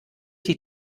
die